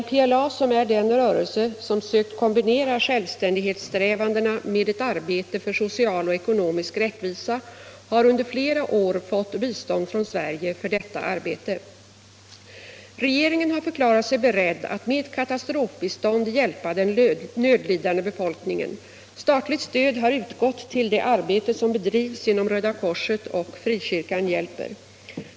MPLA, som är den rörelse som sökt kombinera självständighetssträvandena med ett arbete för social och ekonomisk rättvisa, har under flera år fått bistånd från Sverige för detta arbete. Regeringen har förklarat sig beredd att med katastrofbistånd hjälpa den nödlidande befolkningen. Statligt stöd har utgått till det arbete som bedrivs genom Röda korset och Frikyrkan hjälper.